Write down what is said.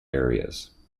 areas